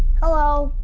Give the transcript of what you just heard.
hello